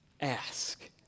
Ask